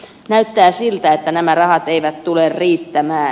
näyttää siltä että nämä rahat eivät tule riittämään